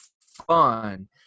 fun